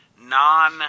non